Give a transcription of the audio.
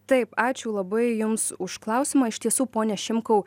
taip ačiū labai jums už klausimą iš tiesų pone šimkau